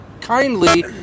kindly